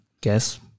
guess